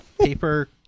Paper